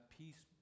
peace